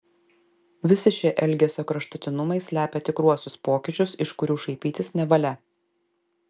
visi šie elgesio kraštutinumai slepia tikruosius pokyčius iš kurių šaipytis nevalia